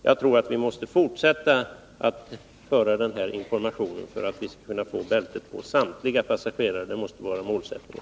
Jag tror att vi måste fortsätta att föra ut den här informationen för att få samtliga passagerare att använda bältet. Det måste vara målsättningen.